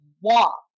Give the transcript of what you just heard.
walk